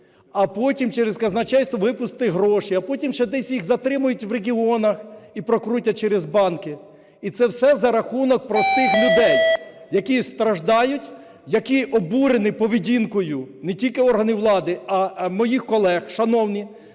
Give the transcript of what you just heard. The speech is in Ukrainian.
а потім через казначейство випустити гроші, а потім ще десь їх затримають у регіонах і прокрутять через банки. І це все за рахунок простих людей, які страждають, які обурені поведінкою не тільки органів влади, а моїх колег. Шановні,